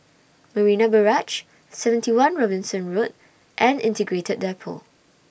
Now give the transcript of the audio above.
Marina Barrage seventy one Robinson Road and Integrated Depot